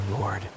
Lord